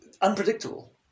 unpredictable